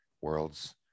Worlds